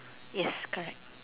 yes correct